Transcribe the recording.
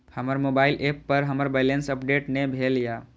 हमर mobile app पर हमर बैलेंस अपडेट ने भेल या